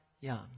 young